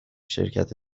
شرکت